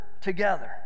together